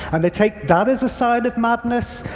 and they take that as a sign of madness.